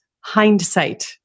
Hindsight